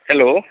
hello